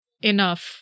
enough